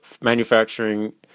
manufacturing